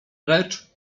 precz